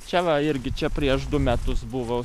čia va irgi čia prieš du metus buvo